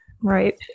right